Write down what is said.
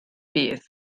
bydd